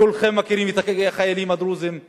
כולכם מכירים את החיילים הדרוזים, הם